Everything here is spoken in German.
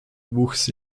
wuchs